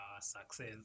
success